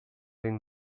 این